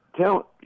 Tell